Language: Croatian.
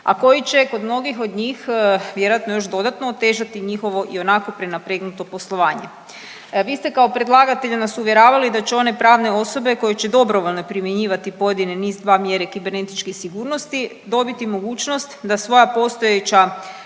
a koji će kod mnogih od njih vjerojatno još dodatno otežati njihovo ionako prenategnuto poslovanje. Vi ste kao predlagatelj nas uvjeravali da će one pravne osobe koje će dobrovoljno primjenjivati pojedine NIS2 mjere kibernetičke sigurnosti dobiti mogućnost da svoja postojeća